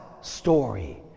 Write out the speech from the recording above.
story